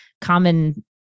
common